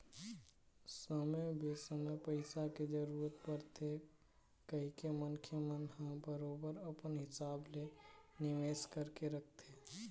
समे बेसमय पइसा के जरूरत परथे कहिके मनखे मन ह बरोबर अपन हिसाब ले निवेश करके रखथे